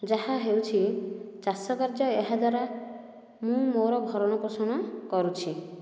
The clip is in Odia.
ଯାହା ହେଉଛି ଚାଷ କାର୍ଯ୍ୟ ଏହା ଦ୍ଵାରା ମୁଁ ମୋର ଭରଣ ପୋଷଣ କରୁଛି